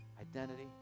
identity